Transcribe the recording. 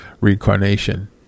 reincarnation